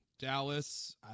Dallas